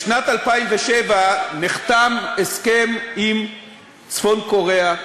בשנת 2007 נחתם הסכם עם צפון-קוריאה,